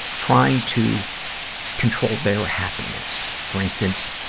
trying to control their happiness. for instance,